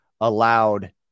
allowed